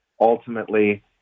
ultimately